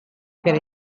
per